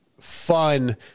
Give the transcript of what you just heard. fun